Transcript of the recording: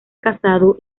casado